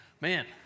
Man